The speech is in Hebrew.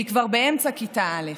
והיא כבר באמצע כיתה א'.